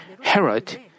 Herod